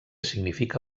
significa